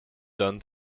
done